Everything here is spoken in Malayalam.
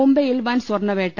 മുംബൈയിൽ വൻ സ്വർണവേട്ട